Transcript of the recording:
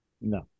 No